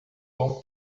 bom